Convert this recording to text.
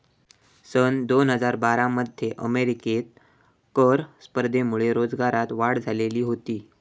सन दोन हजार बारा मध्ये अमेरिकेत कर स्पर्धेमुळे रोजगारात वाढ झालेली होती